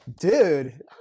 dude